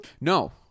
No